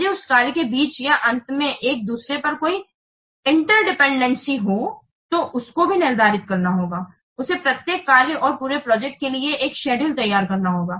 यदि उस कार्य के बीच में या अंत में एक दूसरे पर कोई निर्भरता हो तो उसको भी निर्धारित करना होगा उसे प्रत्येक कार्य और पूरे प्रोजेक्ट के लिए एक शेड्यूल तैयार करना होगा